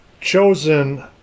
chosen